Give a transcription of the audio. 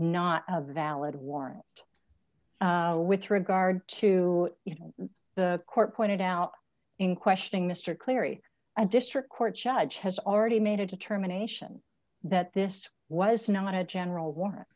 not a valid warrant with regard to the court pointed out in questioning mr cleary a district court judge has already made a determination that this was not a general w